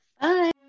Bye